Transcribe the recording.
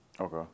Okay